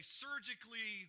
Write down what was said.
surgically